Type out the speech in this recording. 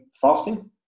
fasting